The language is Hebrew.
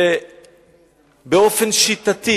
ובאופן שיטתי